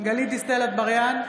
גלית דיסטל אטבריאן,